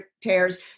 tears